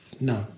No